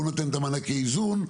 הוא נותן את מענקי האיזון,